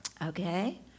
Okay